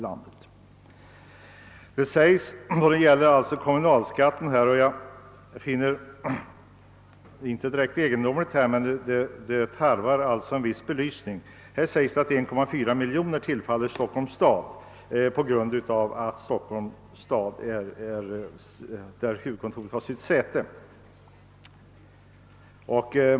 Beträffande kommunalskatten — och det tarvar en viss belysning — framhålles det att endast 1,4 miljoner tillfaller Stockholms stad på grund av att huvudkontoret har sitt säte där.